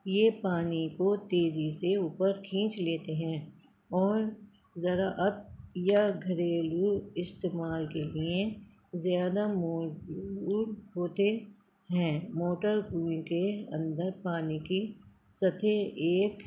یہ پانی کو تیزی سے اوپر کھینچ لیتے ہیں اور زراعت یا گھریلو استعمال کے لیے زیادہ موزوں ہوتے ہیں موٹر کنوئیں کے اندر پانی کی سطح ایک